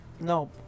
No